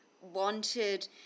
wanted